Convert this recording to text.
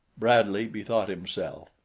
bradley bethought himself.